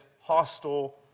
hostile